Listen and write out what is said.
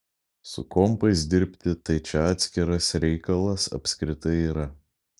su kompais dirbti tai čia atskiras reikalas apskritai yra